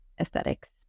aesthetics